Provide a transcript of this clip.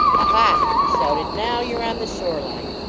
ah, ha! he shouted, now you re on the shore line!